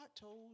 told